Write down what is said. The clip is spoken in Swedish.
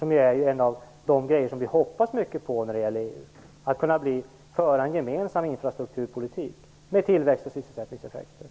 Att kunna föra en gemensam infrastrukturpolitik med tillväxt och sysselsättningseffekter är ju en av de saker som vi hoppas mycket på i EU.